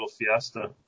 Fiesta